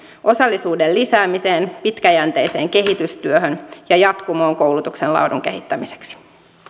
osallisuuden lisäämiseen pitkäjänteiseen kehitystyöhön ja jatkumoon koulutuksen laadun kehittämiseksi